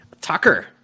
tucker